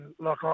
look